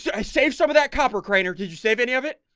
i save some of that copper crater. did you save any of it?